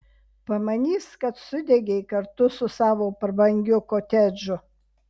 pamanys kad sudegei kartu su savo prabangiu kotedžu